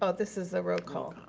ah this is a roll call.